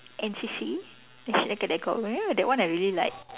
N_C_C national cadet cop you know that one I really like